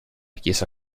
chiesa